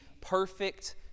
perfect